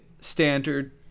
standard